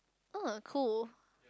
uh cool